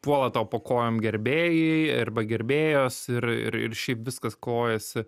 puola tau po kojom gerbėjai arba gerbėjos ir ir šiaip viskas klojasi